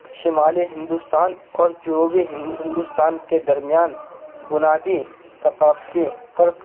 شمالی ہندوستان اور جنوبی ہندو ہندوستان کے درمیان بنیادی ثقافتی فرق